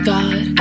God